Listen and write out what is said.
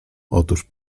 otóż